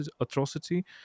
atrocity